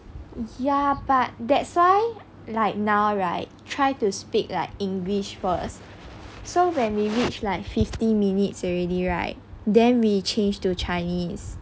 ya but that's why like now right try to speak like english first so when we reach like fifty minutes already right then we change to chinese